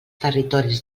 territoris